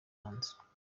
hanze